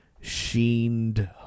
Sheened